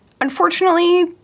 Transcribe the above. Unfortunately